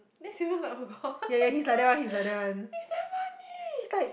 then Sylvia was like [oh]-my-god it's damn funny